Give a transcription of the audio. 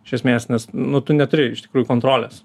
iš esmės nes nu tu neturi iš tikrųjų kontrolės